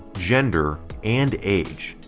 gender, and age.